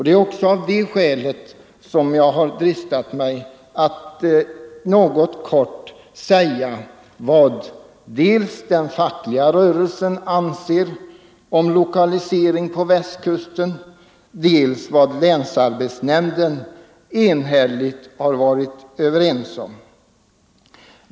Det är också ett skäl att jag dristat mig till att begära ordet för att i korthet redogöra dels för vad den fackliga rörelsen anser om lokaliseringen till Västkusten, dels för vad länsarbetsnämnden enhälligt kommit fram till.